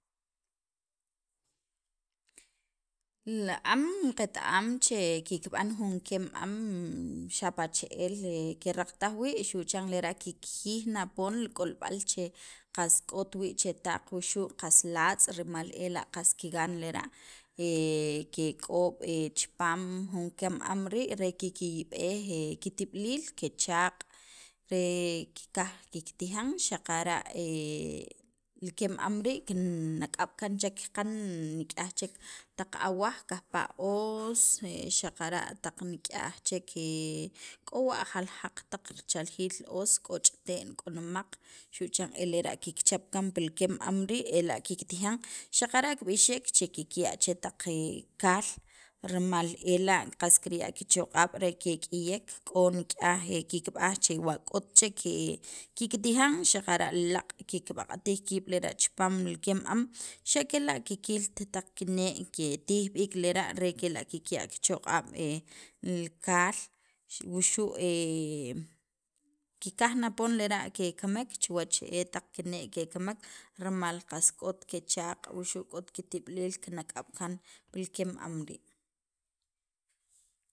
li am qet- am che kikb'an jun kem am, xapa' che'el keraqataj wii' xu' chan lera' kikjiyij na poon jun k'olb'al che qas k'ot wii' chetaq wuxu' qas latz' rimal ela' qas kigan lera' ke k'ob' chipaam jun kem am rii' re kikiyb'ej kitib'iliil, kechaq', re kikaj kiktijan xaqara' li keem am rii' kenak'ab' kaan che kiqan nik'yaj chek awaj kajpa' os, xaqara' taq nik'yaj chek, k'o wa jaljaq taq chaljiil os, k'o ch'ite'n k'o nemaq xu' chan e lera' kikchap kaan pi li kam am rii' ela' kiktijan xaqara' kib'ixek che kikya' chetaq kaal rimal ela' qas kirya' kichoq'ab' re kek'iyek, k'o nik'yaj che kikb'aj wa k'ot chek kiktijan xaqara' laaq' kikb'alq'atij kiib' lera' chipaam li keem am xa' kela' kikilt taq kinee' re kitij b'iik lera' re kela' kikya' kichoq'ab' li kaal wuxu' kikaj na poon lera' kekamek chuwach e taq kinee' kekamek rimal qast k'ot kechaaq', k'ot kitib'liil kinak'ab' kaan pi li keem am rii'.